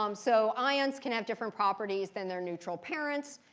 um so ions can have different properties than their neutral parents.